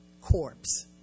corpse